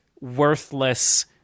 worthless